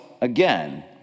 again